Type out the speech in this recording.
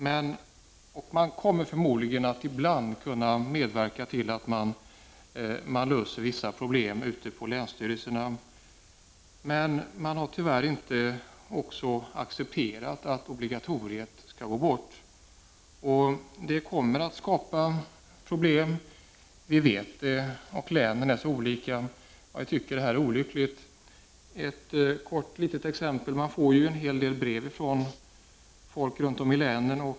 Det kommer förmodligen att kunna medverka till att man ibland löser vissa problem ute på länsstyrelserna, men man har tyvärr inte accepterat att obligatoriet skall bort. Det kommer att skapa problem — det vet vi. Länen är så olika, och vi tycker att det här är olyckligt. Ett litet exempel. Man får ju en hel del brev från folk runt om i länen.